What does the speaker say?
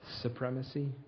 Supremacy